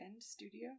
Studio